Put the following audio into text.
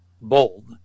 bold